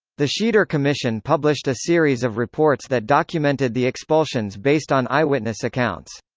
the schieder commission published a series of reports that documented the expulsions based on eyewitness accounts.